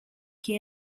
che